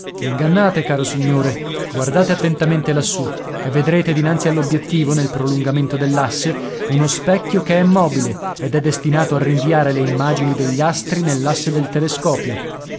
v'ingannate caro signore guardate attentamente lassù e vedrete dinanzi all'obbiettivo nel prolungamento dell'asse uno specchio che è mobile ed è destinato a rinviare le immagini degli astri nell'asse del telescopio